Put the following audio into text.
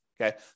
Okay